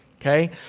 okay